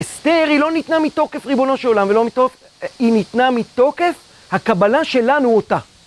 אסתר, היא לא ניתנה מתוקף ריבונו שעולם, היא ניתנה מתוקף הקבלה שלנו אותה.